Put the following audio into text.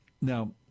Now